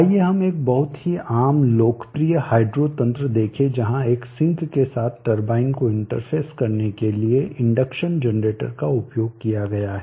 आइए हम एक बहुत ही आम लोकप्रिय हाइड्रो तंत्र देखें जहां एक सिंक के साथ टरबाइन को इंटरफेस करने के लिए इंडक्शन जनरेटर का उपयोग किया गया है